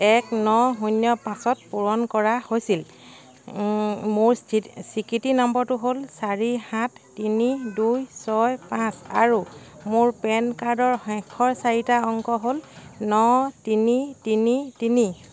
এক ন শূন্য পাঁচত পূৰণ কৰা হৈছিল মোৰ স্বীকৃতি নম্বৰটো হ'ল চাৰি সাত তিনি দুই ছয় পাঁচ আৰু মোৰ পেন কাৰ্ডৰ শেষৰ চাৰিটা অংক হ'ল ন তিনি তিনি তিনি